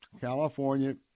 California